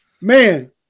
man